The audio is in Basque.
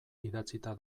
idatzita